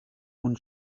und